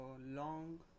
long